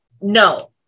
No